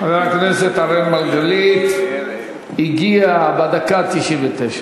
חבר הכנסת אראל מרגלית הגיע בדקה ה-99.